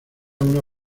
una